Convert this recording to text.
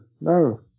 no